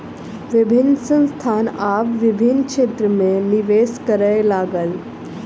विभिन्न संस्थान आब विभिन्न क्षेत्र में निवेश करअ लागल